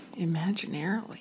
Imaginarily